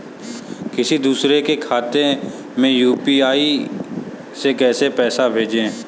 किसी दूसरे के खाते में यू.पी.आई से पैसा कैसे भेजें?